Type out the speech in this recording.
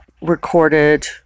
recorded